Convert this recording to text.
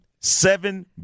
Seven